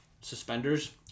suspenders